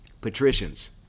patricians